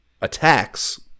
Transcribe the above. attacks